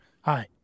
hi